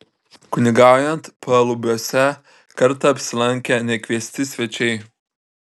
kunigaujant palubiuose kartą apsilankė nekviesti svečiai